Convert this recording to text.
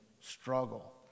struggle